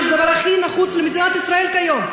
וזה הדבר הכי נחוץ למדינת ישראל כיום,